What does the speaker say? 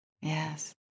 Yes